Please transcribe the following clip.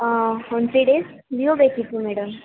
ಒಂದು three days leave ಬೇಕಿತ್ತು madam